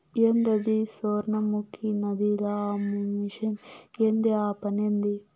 ఏందద సొర్ణముఖి నదిల ఆ మెషిన్ ఏంది ఆ పనేంది